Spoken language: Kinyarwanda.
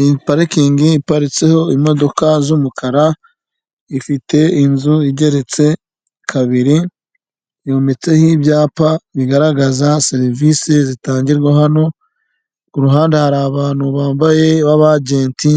Iyi parikingi iparitseho imodoka z'umukara ifite inzu igeretse kabiri yumetseho nk'ibyapa bigaragaza serivisi zitangirwa hano ku ruhande hari abantu bambaye b'abagenti